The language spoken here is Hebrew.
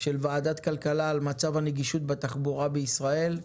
של ועדת הכלכלה על מצב הנגישות בתחבורה הציבורית בישראל.